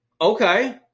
okay